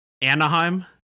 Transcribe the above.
anaheim